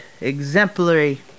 exemplary